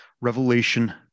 revelation